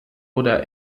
oder